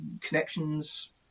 connections